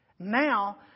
Now